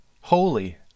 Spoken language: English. holy